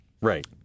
Right